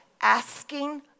asking